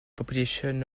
population